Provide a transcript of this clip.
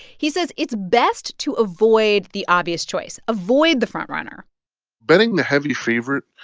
he says it's best to avoid the obvious choice. avoid the front-runner betting the heavy favorite,